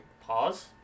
Pause